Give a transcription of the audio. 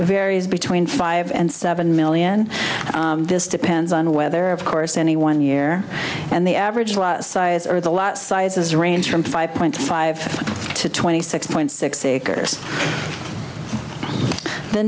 varies between five and seven million this depends on whether of course any one year and the average size or the lot sizes range from five point five to twenty six point six acres the